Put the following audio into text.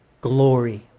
glory